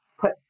put